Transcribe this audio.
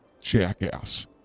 jackass